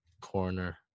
corner